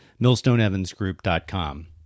millstoneevansgroup.com